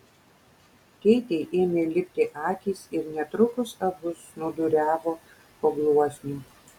keitei ėmė lipti akys ir netrukus abu snūduriavo po gluosniu